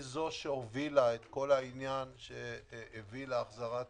היא זו שהובילה את כל העניין שהביא להחזרת